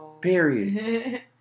Period